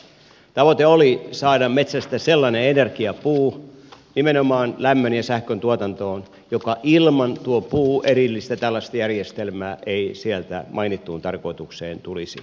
tavoite oli saada metsästä energiapuu nimenomaan lämmön ja sähkön tuotantoon ja tuo puu ilman tällaista erillistä järjestelmää ei sieltä mainittuun tarkoitukseen tulisi